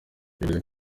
bivuze